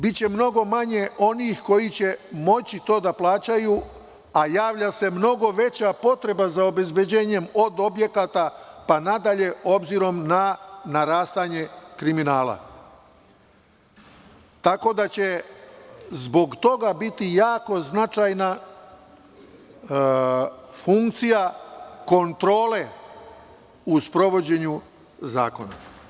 Biće mnogo manje onih koji će moći to da plaćaju, a javlja se mnogo veća potreba za obezbeđenjem od objekata pa nadalje, obzirom na narastanje kriminala, tako da će zbog toga biti jako značajna funkcija kontrole u sprovođenju zakona.